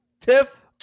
Tiff